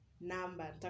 number